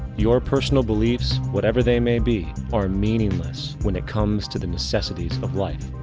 your personal beliefs, whatever they may be, are meaningless when it comes to the necessities of life.